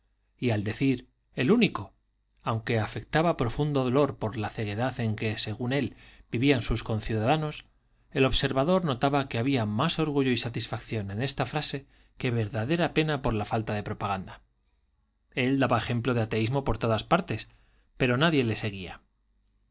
y al decir el único aunque afectaba profundo dolor por la ceguedad en que según él vivían sus conciudadanos el observador notaba que había más orgullo y satisfacción en esta frase que verdadera pena por la falta de propaganda él daba ejemplo de ateísmo por todas partes pero nadie le seguía